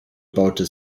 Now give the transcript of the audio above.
baute